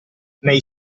nei